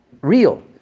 real